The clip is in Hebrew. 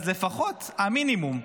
אז לפחות, המינימום,